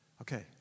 Okay